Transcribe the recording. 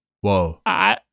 Whoa